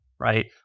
Right